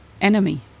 enemy